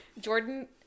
Jordan